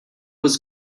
was